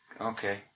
Okay